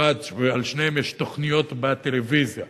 ועל שניהם יש תוכניות בטלוויזיה: